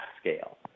scale